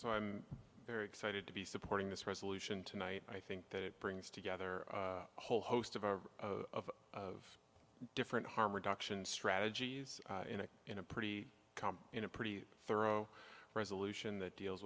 so i'm very excited to be supporting this resolution tonight i think that it brings together a whole host of our of of different harm reduction strategies in a in a pretty calm in a pretty thorough resolution that deals